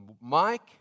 Mike